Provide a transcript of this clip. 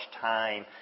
time